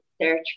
search